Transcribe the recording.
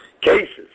cases